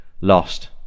lost